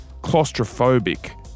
claustrophobic